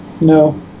No